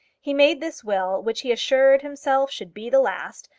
he made this will, which he assured himself should be the last,